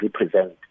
represent